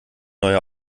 neue